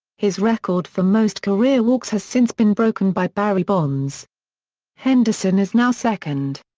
his record for most career walks has since been broken by barry bonds henderson is now second.